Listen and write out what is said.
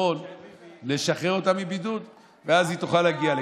בראשי תסיים את הבידוד שלה ותעדכן,